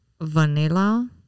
vanilla